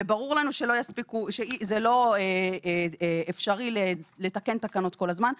ברור לנו שזה לא אפשרי לתקן תקנות כל הזמן.